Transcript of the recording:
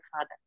father